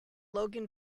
logan